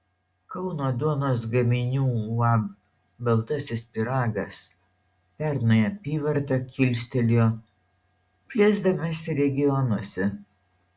kauno duonos gaminių uab baltasis pyragas pernai apyvartą kilstelėjo plėsdamasi regionuose